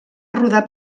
rodar